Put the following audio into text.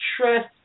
trust